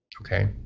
Okay